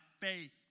faith